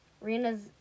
Rena's